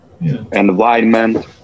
environment